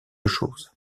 choses